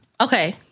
Okay